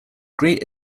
great